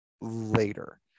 later